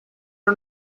are